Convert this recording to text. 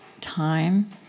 time